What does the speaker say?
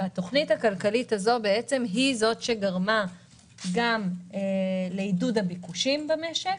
התוכנית הכלכלית הזאת גרמה גם לעידוד הביקושים במשק.